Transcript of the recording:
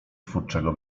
twórczego